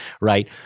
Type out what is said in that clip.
right